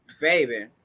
baby